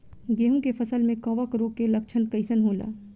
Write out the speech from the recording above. गेहूं के फसल में कवक रोग के लक्षण कइसन होला?